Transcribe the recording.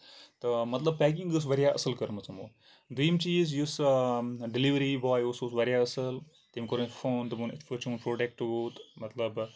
تہٕ مطلب پیکِنگ ٲسۍ واریاہ اَصٕل کٔرمٕژ یِمو دٔیم چیٖز یُس ڈیلؤری بوے اوس سُہ اوس واریاہ اَصٕل تٔمۍ کوٚر مےٚ فون دوپُن یِتھ پٲٹھۍ چھُ چون پروڈکٹ ووت مطلب